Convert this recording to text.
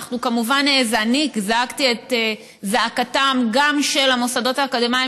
אני זעקתי את זעקתם של המוסדות האקדמיים